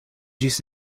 ĝis